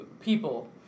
people